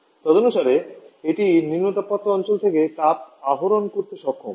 তদনুসারে এটি নিম্ন তাপমাত্রা অঞ্চল থেকে তাপ আহরণ করতে সক্ষম